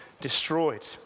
destroyed